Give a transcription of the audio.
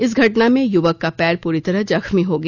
इस घटना में युवक का पैर पूरी तरह जख्मी हो गया